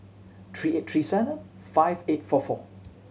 three eight three seven five eight four four